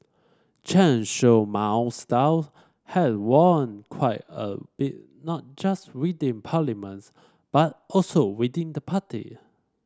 Chen Show Mao's style has waned quite a bit not just within parliaments but also within the party